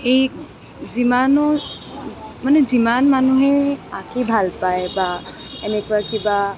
এই যিমানো মানে যিমান মানুহে আঁকি ভাল পায় বা এনেকুৱা কিবা